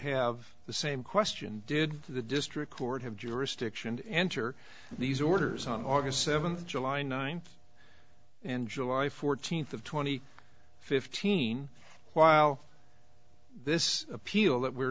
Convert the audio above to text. have the same question did the district court of jurisdiction enter these orders on august seventh july ninth and july fourteenth of twenty fifteen while this appeal that we